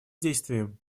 действиям